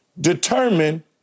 determine